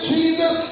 Jesus